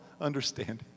understanding